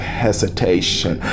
hesitation